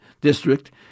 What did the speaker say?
district